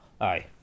Aye